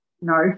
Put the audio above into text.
No